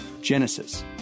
Genesis